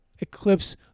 eclipse